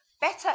better